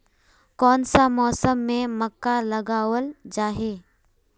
कोन सा मौसम में मक्का लगावल जाय है?